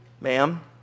Ma'am